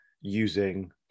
using